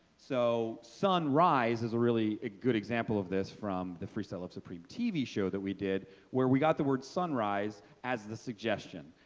so sunrise is a really a good example of this from the freestyle love supreme tv show that we did, where we got the word sunrise as the suggestion,